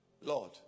Lord